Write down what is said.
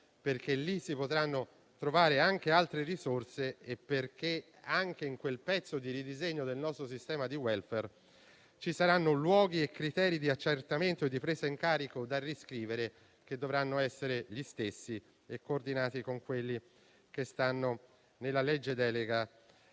perché lì si potranno trovare anche altre risorse e perché anche nel ridisegnare una parte del nostro sistema di *welfare* ci saranno luoghi e criteri di accertamento e di presa in carico da riscrivere, che dovranno essere coordinati con quelli presenti nella legge delega